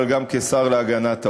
אבל גם כשר להגנת העורף.